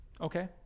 Okay